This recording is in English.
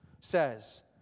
says